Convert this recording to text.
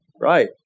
Right